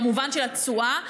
במובן של התשואה,